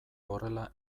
horrela